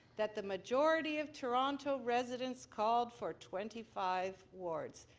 that the majority of toronto residents called for twenty five wards.